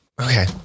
Okay